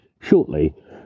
shortly